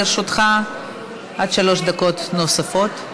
לרשותך עד שלוש דקות נוספות.